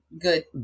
good